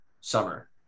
summer